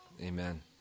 Amen